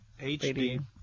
HD